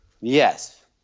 Yes